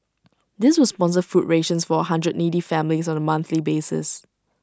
this will sponsor food rations for A hundred needy families on A monthly basis